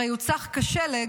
הרי הוא צח כשלג,